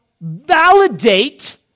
validate